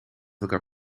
elkaar